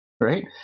right